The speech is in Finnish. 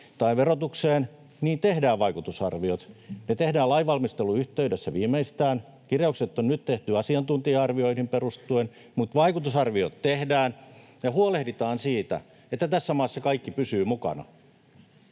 tai verotukseen — niin tehdään vaikutusarviot. Ne tehdään viimeistään lainvalmistelun yhteydessä. Kirjaukset on nyt tehty asiantuntija-arvioihin perustuen, mutta vaikutusarviot tehdään. Me huolehditaan siitä, että tässä maassa kaikki pysyvät mukana,